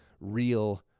real